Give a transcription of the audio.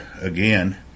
again